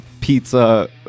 pizza